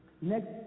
Next